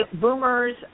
boomers